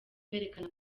kwerekana